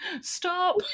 Stop